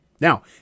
Now